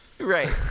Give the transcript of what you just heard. right